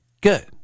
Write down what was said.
Good